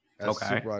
Okay